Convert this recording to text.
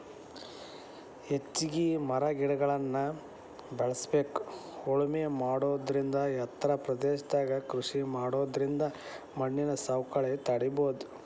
ಹೆಚ್ಚಿಗಿ ಮರಗಿಡಗಳ್ನ ಬೇಳಸ್ಬೇಕು ಉಳಮೆ ಮಾಡೋದರಿಂದ ಎತ್ತರ ಪ್ರದೇಶದಾಗ ಕೃಷಿ ಮಾಡೋದರಿಂದ ಮಣ್ಣಿನ ಸವಕಳಿನ ತಡೇಬೋದು